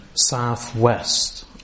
southwest